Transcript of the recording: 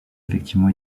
effectivement